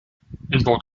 burg